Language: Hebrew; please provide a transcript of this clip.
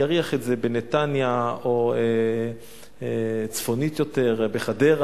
יריח את זה בנתניה או צפונית יותר בחדרה.